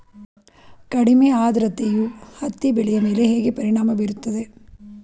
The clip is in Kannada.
ಕಡಿಮೆ ಆದ್ರತೆಯು ಹತ್ತಿ ಬೆಳೆಯ ಮೇಲೆ ಹೇಗೆ ಪರಿಣಾಮ ಬೀರುತ್ತದೆ?